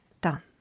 Done